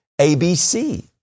ABC